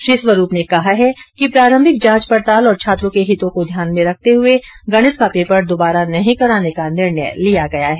श्री स्वरूप ने कहा है कि प्रारंभिक जांच पड़ताल और छात्रो के हितों को ध्यान में रखते हुये गणित का पेपर दुबारा न कराने का निर्णय लिया गया है